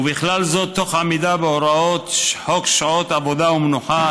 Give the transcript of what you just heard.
ובכלל זה תוך עמידה בהוראות חוק שעות עבודה ומנוחה,